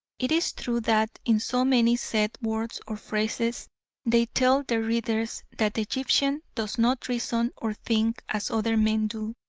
it is true that in so many set words or phrases they tell their readers that the egyptian does not reason or think as other men do,